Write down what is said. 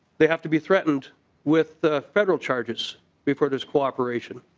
they have to be threatened with federal charges before this cooperation.